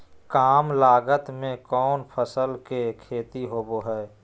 काम लागत में कौन फसल के खेती होबो हाय?